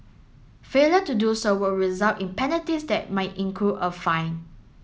failure to do so will result in penalties that might include a fine